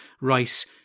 rice